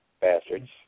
Bastards